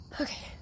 Okay